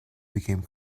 became